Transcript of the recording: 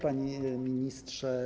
Panie Ministrze!